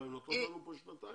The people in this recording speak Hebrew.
אבל הן נותנות לנו פה שנתיים,